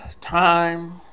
time